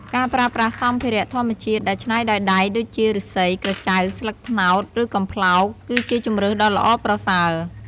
ការប្រើប្រាស់សម្ភារៈធម្មជាតិដែលច្នៃដោយដៃ ដូចជា ឫស្សី ក្រចៅ ស្លឹកត្នោត ឬ កំប្លោក គឺជាជម្រើសដ៏ល្អប្រសើរ។